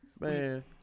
Man